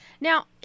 Now